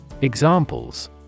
Examples